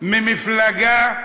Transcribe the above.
ממפלגה,